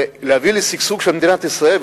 ולהביא לשגשוג של מדינת ישראל,